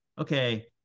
okay